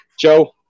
joe